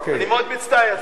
אני מאוד מצטער.